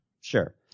Sure